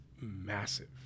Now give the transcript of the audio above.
massive